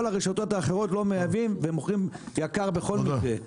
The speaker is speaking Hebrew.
הרשתות האחרות לא מייבאות והם מוכרים יקר בכל מקרה,